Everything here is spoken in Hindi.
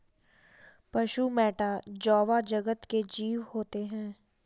पशु मैटा जोवा जगत के जीव होते हैं